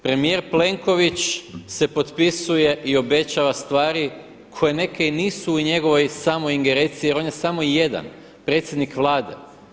Premijer Plenković se potpisuje i obećava stvari koje neke i nisu u njegovoj samoj ingerenciji jer on je samo jedan, predsjednik Vlade.